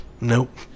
Nope